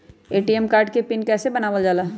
ATM card के PIN कैसे बनावल जाला?